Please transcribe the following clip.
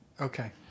Okay